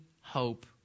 hope